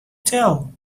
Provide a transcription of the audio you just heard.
tell